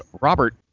Robert